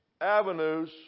avenues